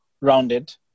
rounded